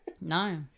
No